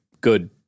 good